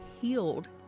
healed